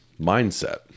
mindset